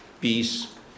peace